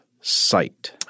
sight